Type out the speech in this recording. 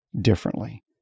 differently